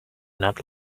not